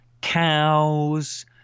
cows